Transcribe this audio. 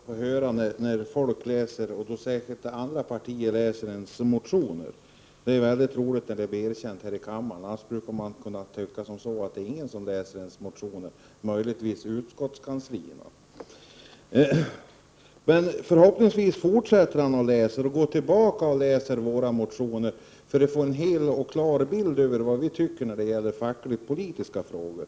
Fru talman! Först vill jag till Göran Engström säga att det är trevligt att höra att folk, särskilt från andra partier, läser ens motioner. Det är roligt att det erkänns här i kammaren. Annars kan man lätt tänka att det inte är någon som läser ens motioner, utom möjligtvis personalen på utskottskanslierna. Förhoppningsvis fortsätter Göran Engström att läsa våra motioner och gå tillbaka till våra tidigare motioner i det här ärendet för att få en hel och klar bild av vad vi tycker i fackligt-politiska frågor.